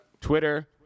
Twitter